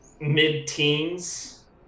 mid-teens